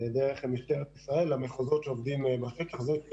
דרך משטרת ישראל למחוזות שעובדים בשטח --- עם